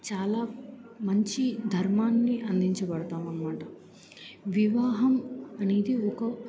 చాలా మంచి ధర్మాన్ని అందించబడతాము అన్నమాట వివాహం అనేది ఒక